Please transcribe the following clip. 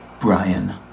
brian